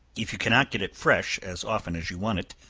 if you cannot get it fresh as often as you want it,